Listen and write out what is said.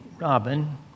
Robin